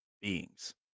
beings